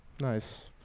Nice